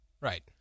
Right